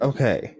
Okay